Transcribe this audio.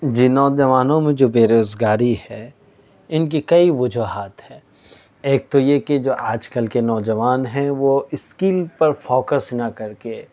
جی نوجوانوں میں جو بے روزگاری ہے ان کی کئی وجوہات ہے ایک تو یہ کہ جو آج کل کے نوجوان ہیں وہ اسکل پر فوکس نہ کر کے